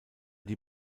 die